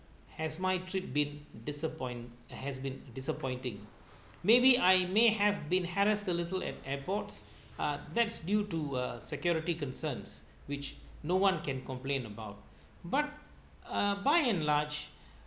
has my trip been disappoint has been disappointing maybe I may have been harassed a little at airports uh that's due to a security concerns which no one can complain about but uh by enlarge